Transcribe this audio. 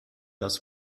das